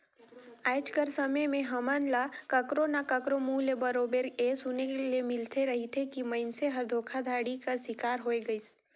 आएज कर समे में हमन ल काकरो ना काकरो मुंह ले बरोबेर ए सुने ले मिलते रहथे कि मइनसे हर धोखाघड़ी कर सिकार होए गइस